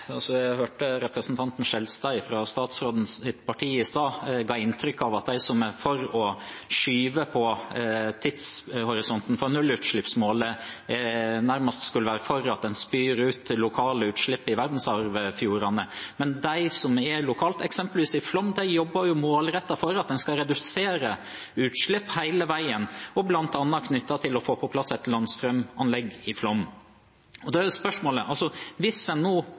også stadfesta av Stortinget i dag, slik eg oppfattar det. Då held eg meg sjølvsagt til det som ansvarleg statsråd. Jeg hørte at representanten Skjelstad fra statsrådens parti i stad ga inntrykk av at de som er for å skyve på tidshorisonten for nullutslippsmålet, nærmest skulle være for at en spyr ut lokale utslipp i verdensarvfjordene. Men lokalt, eksempelvis i Flåm, jobber de jo hele veien målrettet for at en skal redusere utslipp, bl.a. knyttet til å få på plass et landstrømanlegg i Flåm. Da er